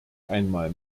einmal